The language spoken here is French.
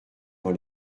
dans